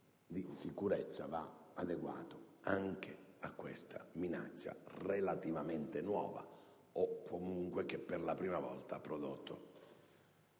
di sicurezza va però adeguato anche a questa minaccia relativamente nuova, o che comunque per la prima volta ha prodotto